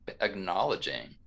acknowledging